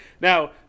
Now